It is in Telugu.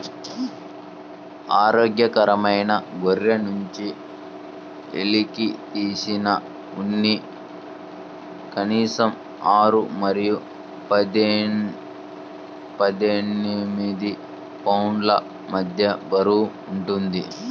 ఆరోగ్యకరమైన గొర్రె నుండి వెలికితీసిన ఉన్ని కనీసం ఆరు మరియు పద్దెనిమిది పౌండ్ల మధ్య బరువు ఉంటుంది